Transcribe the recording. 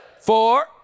four